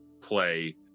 play